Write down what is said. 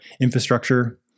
infrastructure